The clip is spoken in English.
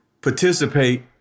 participate